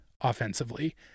offensively